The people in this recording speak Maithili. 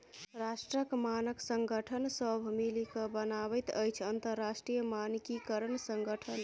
राष्ट्रक मानक संगठन सभ मिलिकए बनाबैत अछि अंतरराष्ट्रीय मानकीकरण संगठन